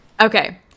Okay